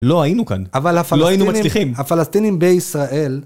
לא היינו כאן, לא היינו מצליחים. הפלסטינים בישראל...